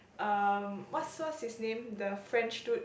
um what what's his name the French dude